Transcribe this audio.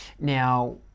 Now